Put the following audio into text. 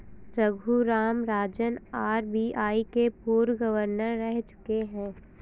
Raghuram Rajan RBI के पूर्व governor रह चुके हैं